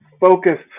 focused